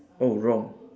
oh wrong